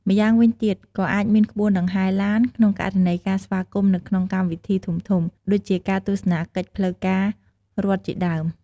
ម្យ៉ាងវិញទៀត ក៏អាចមានក្បួនដង្ហែឡាន ក្នុងករណីការស្វាគមន៍នៅក្នុងកម្មវិធីធំៗ ដូចជាការទស្សនកិច្ចផ្លូវការរដ្ឋជាដើម។